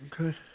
Okay